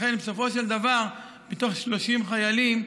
לכן בסופו של דבר, מתוך 30 חיילים,